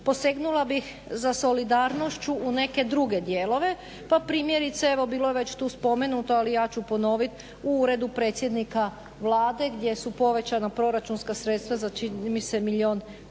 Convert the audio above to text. posegnula bih za solidarnošću u neke druge dijelove pa primjerice evo bilo je već tu spomenuto ali ja ću ponovit, u Uredu predsjednika Vlade gdje su povećana proračunska sredstva za čini mi se milijun i